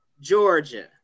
Georgia